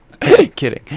Kidding